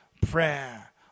prayer